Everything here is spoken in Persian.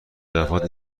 دفعات